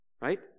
Right